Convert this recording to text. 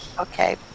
Okay